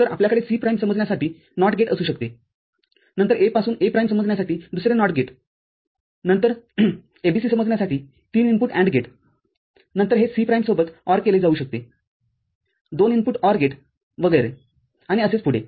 तर आपल्याकडे C prime समजण्यासाठी NOT गेटअसू शकतेनंतर A पासून A प्राईमसमजण्यासाठी दुसरे Not गेट नंतर ABC समजण्यासाठी तीन इनपुट AND गेटनंतर हे C प्राईम सोबत ORकेले जाऊ शकते दोन इनपुट OR गेट वगैरे आणि असेच पुढे